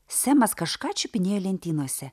semas kažką čiupinėjo lentynose